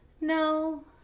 no